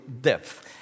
depth